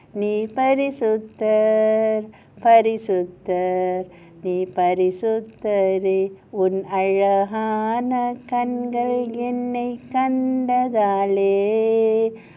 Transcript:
நீர் பரிசுத்தர் பரிசுத்தர் நீர் பரிசுத்தரே:neer parisuththar parisuththar neer parisuththtare